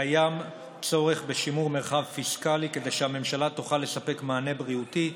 קיים צורך בשימור מרחב פיסקלי כדי שהממשלה תוכל לספק מענה בריאותי,